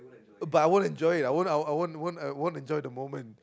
but I won't enjoy it I won't won't won't won't enjoy the moment